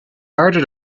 harder